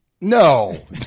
No